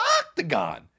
octagon